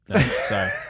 Sorry